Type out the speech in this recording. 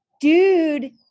dude